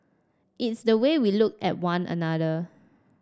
it's the way we look at one another